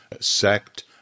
sect